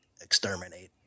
exterminate